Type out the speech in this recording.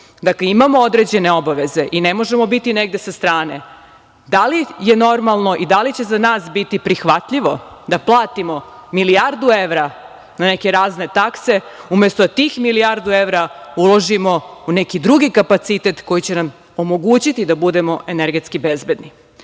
Evrope, imamo određene obaveze i ne možemo biti negde sa strane. Da li je normalno i da li će za nas biti prihvatljivo da platimo milijardu evra na neke razne takse, umesto tih milijardu evra, da uložimo u neki drugi kapacitet, koji će nam omogućiti da budemo energetski bezbedni? Dakle,